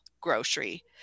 grocery